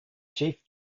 chief